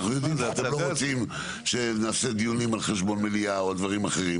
אתם לא רוצים שנעשה דיונים על חשבון מליאה או על דברים אחרים,